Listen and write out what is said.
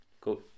Cool